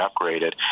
upgraded